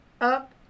up